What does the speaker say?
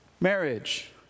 marriage